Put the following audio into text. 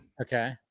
Okay